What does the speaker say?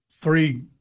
three